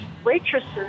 waitresses